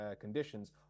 conditions